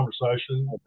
conversation